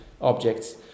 objects